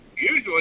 usually